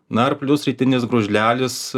na ir plius rytinis gružlelis